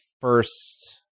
first